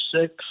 six